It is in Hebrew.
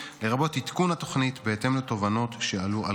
לרבות עדכון התוכנית בהתאם לתובנות שעלו על